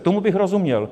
Tomu bych rozuměl.